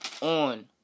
on